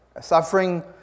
suffering